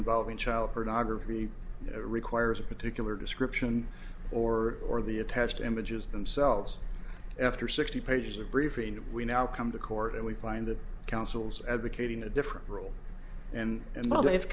involving child pornography requires a particular description or or the attached images themselves after sixty pages of briefing we now come to court and we find that councils advocating a different rule and and now they have